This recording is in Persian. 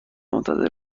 منتظر